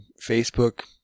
Facebook